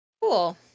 Cool